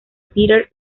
peter